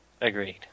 Agreed